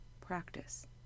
practice